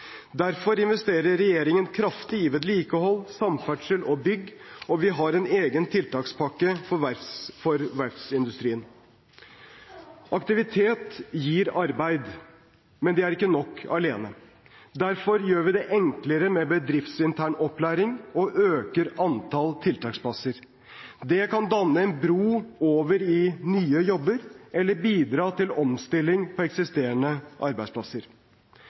Derfor investerer regjeringen kraftig i vedlikehold, samferdsel og bygg, og vi har en egen tiltakspakke for verftsindustrien. Aktivitet gir arbeid, men det er ikke nok alene. Derfor gjør vi det enklere med bedriftsintern opplæring og øker antall tiltaksplasser. Det kan danne en bro over i nye jobber eller bidra til omstilling på eksisterende arbeidsplasser.